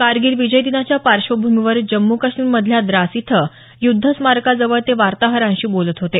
कारगिल विजय दिनाच्या पार्श्वभूमीवर जम्मू काश्मीर मधल्या द्रास इथं युद्धस्मारका जवळ ते वार्ताहरांशी बोलत होते